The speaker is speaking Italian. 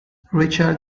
richard